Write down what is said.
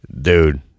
dude